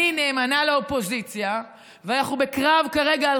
אני נאמנה לאופוזיציה ואנחנו כרגע בקרב